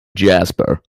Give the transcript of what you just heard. jasper